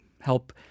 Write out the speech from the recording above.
help